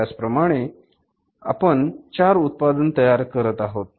त्याचप्रमाणे उदाहरणार्थ आपण चार उत्पादन तयार करत आहोत